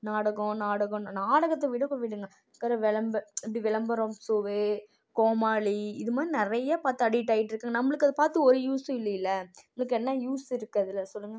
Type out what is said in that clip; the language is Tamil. நாடகம் நாடகம் நாடகத்தை விடுங்க விளம்பரம் இந்த விளம்பரம் ஷோவ்வு கோமாளி இதுமாதிரி நிறையா பார்த்து அடிட் ஆகிட்டுருக்குங்க நம்மளுக்கு அதை பார்த்து ஒரு யூஸும் இல்லைல இதுக்கு என்ன யூஸ் இருக்குது அதில் சொல்லுங்கள்